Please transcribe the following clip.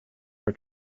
for